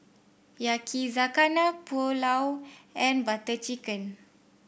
Yakizakana Pulao and Butter Chicken